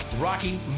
Rocky